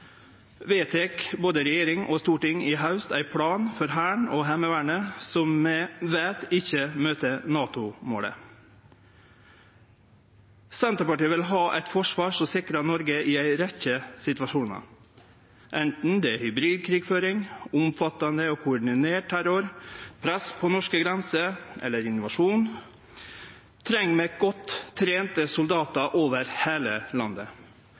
vedtek både regjering og storting i haust ei plan for Hæren og Heimevernet som vi veit ikkje møter NATO-målet. Senterpartiet vil ha eit forsvar som sikrar Noreg i ei rekkje situasjonar. Anten det er hybridkrigføring, omfattande og koordinert terror, press på norske grenser eller invasjon, treng vi godt trente soldatar over heile landet.